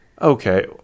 okay